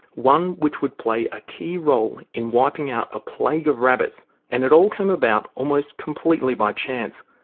one which would play a key role in wiping out a plague of rabbits and it all came about almost completely by chance.